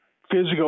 physical